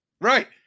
Right